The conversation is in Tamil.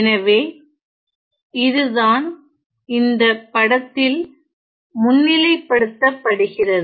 எனவே இதுதான் இந்த படத்தில் முன்னிலைப்படுத்தப்படுகிறது